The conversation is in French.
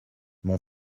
mon